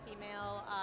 female